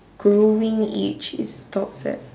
growing age is stops at